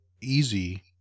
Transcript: easy